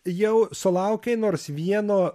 jau sulaukei nors vieno